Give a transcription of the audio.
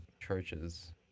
churches